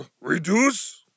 reduce